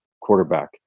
quarterback